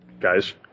Guys